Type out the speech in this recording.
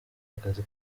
akazi